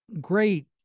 Great